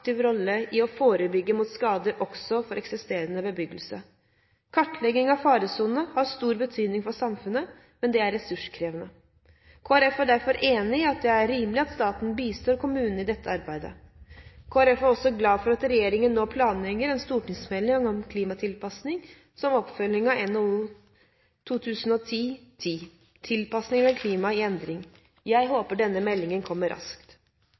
aktiv rolle i å forebygge skader også for eksisterende bebyggelse. Kartlegging av faresoner har stor betydning for samfunnet, men det er ressurskrevende. Kristelig Folkeparti er derfor enig i at det er rimelig at staten bistår kommunene i dette arbeidet. Kristelig Folkeparti er også glad for at regjeringen nå planlegger en stortingsmelding om klimatilpasning som oppfølging av NOU 2010: 10 Tilpassing til eit klima i endring. Jeg håper denne meldingen kommer raskt.